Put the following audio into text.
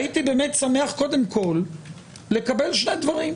הייתי באמת שמח קודם כל לקבל שני דברים.